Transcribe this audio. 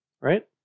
Right